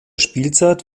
spielzeit